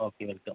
okay welcome